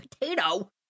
potato